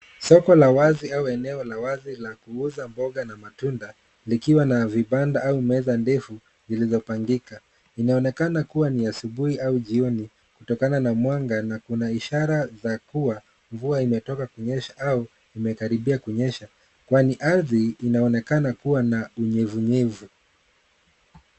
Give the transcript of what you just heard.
Soko la wazi au eneo la wazi la kuuza mboga na matunda likiwa na vibanda au meza ndefu zilizopangika. Inaonekana kuwa ni asubuhi au jioni kutokana na mwanga na kuna ishara ya kuwa mvua imetoka kunyesha au imekaribia kunyesha kwani ardhi inaonekana kuwa na unyevunyevu.